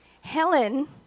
Helen